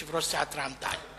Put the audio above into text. יושב-ראש סיעת רע"ם-תע"ל.